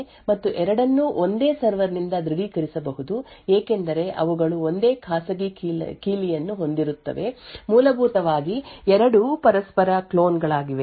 ಇದರೊಂದಿಗಿನ ಸಮಸ್ಯೆ ಏನೆಂದರೆ ಈಗ ನಾನು ಎರಡು ಸಾಧನಗಳನ್ನು ಹೊಂದಿದ್ದೇನೆ ಮತ್ತು ಎರಡನ್ನೂ ಒಂದೇ ಸರ್ವರ್ನಿಂದ ದೃಢೀಕರಿಸಬಹುದು ಏಕೆಂದರೆ ಅವುಗಳು ಒಂದೇ ಖಾಸಗಿ ಕೀಲಿಯನ್ನು ಹೊಂದಿರುತ್ತವೆ ಮೂಲಭೂತವಾಗಿ ಎರಡೂ ಪರಸ್ಪರ ಕ್ಲೋನ್ ಗಳಾಗಿವೆ